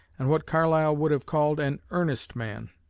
and what carlyle would have called an earnest man.